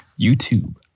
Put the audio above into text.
YouTube